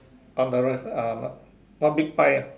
on the right side uh one big pie ah